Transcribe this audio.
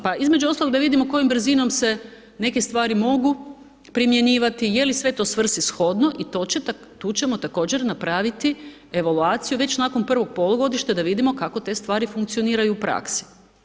Pa, između ostalog, da vidimo kojom brzinom se neke stvari mogu primjenjivati, je li to svrsishodno i tu ćemo također napraviti evaluaciju već nakon I. polugodišta da vidimo kako te stvari funkcioniraju u praksi.